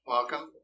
Welcome